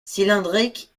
cylindriques